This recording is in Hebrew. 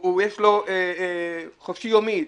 יש לו חופשי יומי,